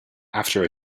after